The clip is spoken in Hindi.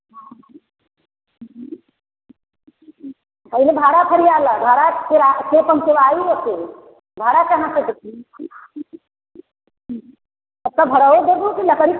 पहले भाड़ा फरियाला भाड़ा फिर आ भाड़ा कहाँ से देखी त भड़वो देबू की लकड़ी